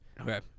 okay